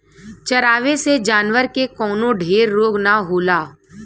चरावे से जानवर के कवनो ढेर रोग ना होला